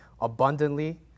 abundantly